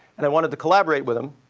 and i wanted to collaborate with him.